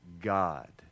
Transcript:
God